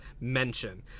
mention